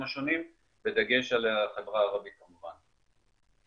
השונים בדגש על החברה הערבית כמובן.